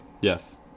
Yes